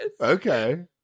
Okay